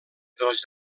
dels